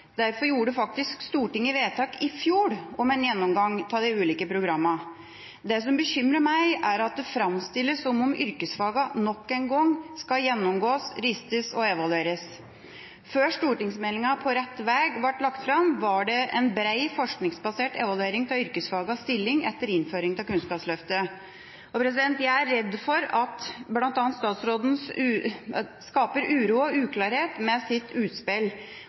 Derfor gjorde faktisk Stortinget i fjor vedtak om en gjennomgang av de ulike programmene. Det som bekymrer meg, er at det framstilles som om yrkesfagene nok en gang skal gjennomgås, ristes og evalueres. Før stortingsmeldinga På rett vei ble lagt fram, var det en bred forskningsbasert evaluering av yrkesfagenes stilling etter innføring av Kunnskapsløftet. Jeg er redd for at bl.a. statsråden skaper uro og uklarhet med sitt utspill,